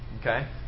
Okay